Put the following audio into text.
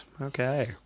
okay